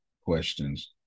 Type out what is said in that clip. questions